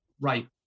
Right